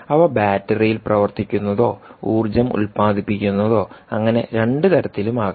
അവ ബാറ്ററിയിൽ പ്രവർത്തിക്കുന്നതോ ഊർജം ഉൽപാദിപ്പിക്കുന്നതോ അങ്ങനെ രണ്ടു തരത്തിലും ആകാം